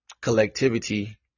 collectivity